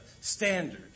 standard